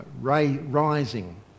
rising